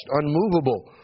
unmovable